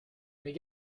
mes